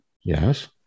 Yes